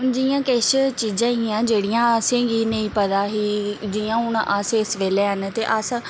जियां किश चीज़ां हियां जेह्ड़ियां असेंगी नेईं पता ही जियां हून अस इस बेल्लै न ते अस